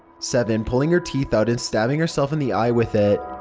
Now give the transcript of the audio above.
seven pulling her teeth out and stabbing herself in the eye with it.